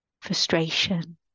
frustration